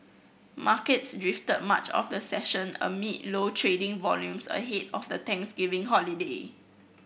markets drifted much of the session amid low trading volumes ahead of the Thanksgiving holiday